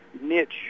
niche